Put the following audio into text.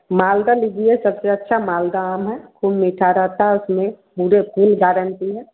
मालदा लीजिए सबसे अच्छा मालदा आम है खूब मीठा रहता है उसमें पूरे फूल गारंटी है